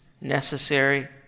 necessary